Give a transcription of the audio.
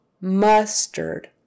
Mustard